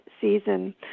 season